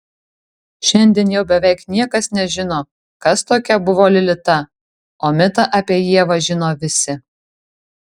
šiandien jau beveik niekas nežino kas tokia buvo lilita o mitą apie ievą žino visi